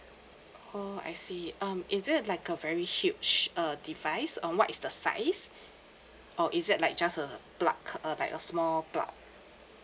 oh I see um is it like a very huge uh device uh what is the size or is it like just a plug uh like a small plug